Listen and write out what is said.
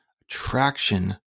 Attraction